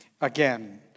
again